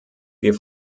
wir